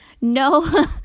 no